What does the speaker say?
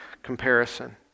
comparison